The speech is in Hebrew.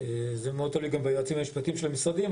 זה מאוד תלוי גם ביועצים המשפטיים של המשרדים,